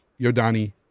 Yodani